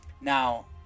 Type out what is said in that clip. now